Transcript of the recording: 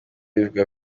bivugwa